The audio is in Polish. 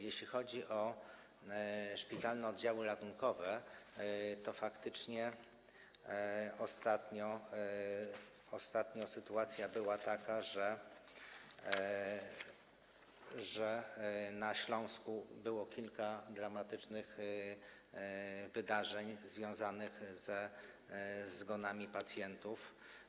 Jeśli chodzi o szpitalne oddziały ratunkowe, to faktycznie ostatnio miała miejsce taka sytuacja, że na Śląsku było kilka dramatycznych wydarzeń związanych ze zgonami pacjentów.